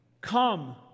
come